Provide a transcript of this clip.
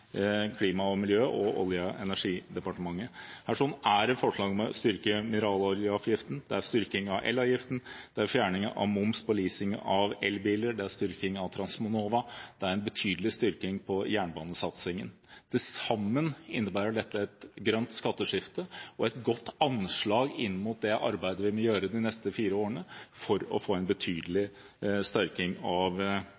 Klima- og miljødepartementets og Olje- og energidepartementets. Her er det forslag om å styrke mineraloljeavgiften, styrking av elavgiften, fjerning av moms på leasing av elbiler, styrking av Transnova og en betydelig styrking av jernbanesatsingen. Til sammen innebærer dette et grønt skatteskifte og et godt anslag inn mot det arbeidet vi må gjøre de neste fire årene for å få en